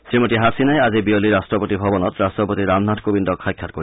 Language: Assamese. শ্ৰীমতী হাছিনাই আজি বিয়লি ৰাট্টপতি ভৱনত ৰাট্টপতি ৰামনাথ কোবিন্দক সাক্ষাৎ কৰিব